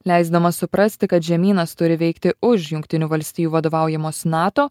leisdamas suprasti kad žemynas turi veikti už jungtinių valstijų vadovaujamos nato